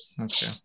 okay